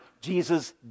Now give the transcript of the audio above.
Jesus